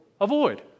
Avoid